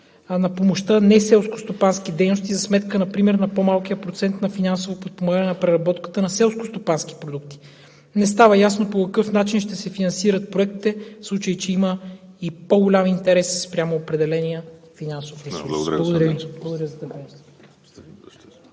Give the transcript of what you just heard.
на помощта неселскостопански дейности за сметка например на по-малкия процент на финансово подпомагане на преработката на селскостопански продукти. Не става ясно по какъв начин ще се финансират проектите, в случай че има и по-голям интерес спрямо определения финансов ресурс. Благодаря Ви.